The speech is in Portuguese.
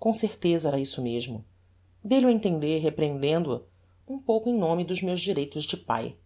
com certeza era isso mesmo dei lho a entender reprehendendo a um pouco em nome dos meus direitos de pae